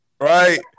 Right